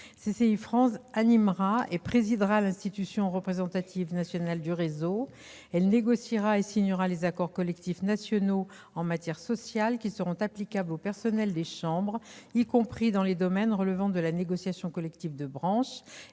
CCI France animera et présidera l'institution représentative nationale du réseau. Elle négociera et signera les accords collectifs nationaux en matière sociale. Ces accords seront applicables aux personnels des chambres, y compris dans les domaines relevant de la négociation collective de branche,